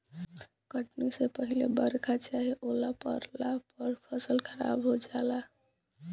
कटनी से पहिले बरखा चाहे ओला पड़ला पर फसल खराब हो जाला